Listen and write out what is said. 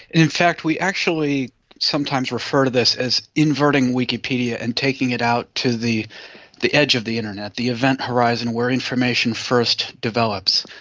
in fact we actually sometimes refer to this as inverting wikipedia and taking it out to the the edge of the internet, the event horizon where information first develops.